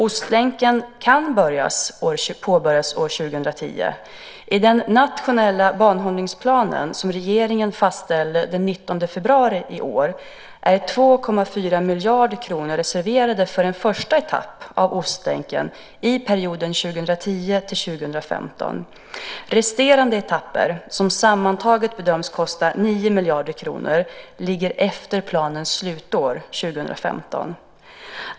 Ostlänken kan påbörjas år 2010. I den nationella banhållningsplan som regeringen fastställde den 19 februari i år är 2,4 miljarder kronor reserverade för en första etapp av Ostlänken i perioden 2010-2015. Resterande etapper, som sammantaget bedöms kosta 9 miljarder kronor, ligger efter planens slutår, 2015.